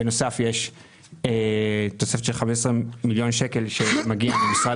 בנוסף יש תוספת של 15 מיליון שקלים שמגיעים ממשרד